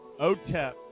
Otep